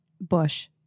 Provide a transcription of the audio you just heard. Bush